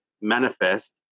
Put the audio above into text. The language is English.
manifest